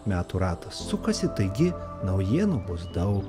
metų ratas sukasi taigi naujienų bus daug